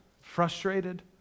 frustrated